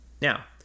Now